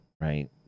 right